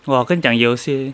!wah! 我跟你讲有些